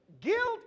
Guilt